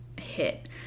hit